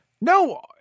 No